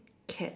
cat